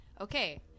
Okay